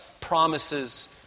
promises